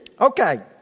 okay